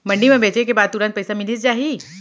मंडी म बेचे के बाद तुरंत पइसा मिलिस जाही?